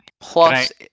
Plus